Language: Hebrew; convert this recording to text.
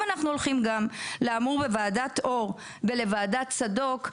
אם הולכים גם לאמור בוועדת אור ובוועדת צדוק,